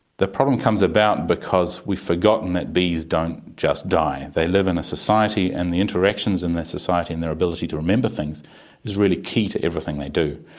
the problem comes about because we've forgotten that bees don't just die, they live in a society, and the interactions in that society and their ability to remember things is really key to everything they do.